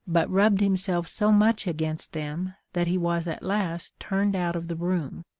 but rubbed himself so much against them, that he was at last turned out of the room.